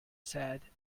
said